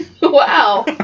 Wow